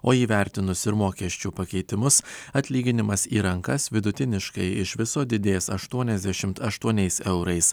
o įvertinus ir mokesčių pakeitimus atlyginimas į rankas vidutiniškai iš viso didės aštuoniasdešimt aštuoniais eurais